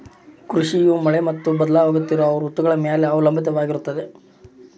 ಕೃಷಿಯು ಮಳೆ ಮತ್ತು ಬದಲಾಗುತ್ತಿರೋ ಋತುಗಳ ಮ್ಯಾಲೆ ಅವಲಂಬಿತವಾಗಿರ್ತದ